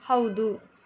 ಹೌದು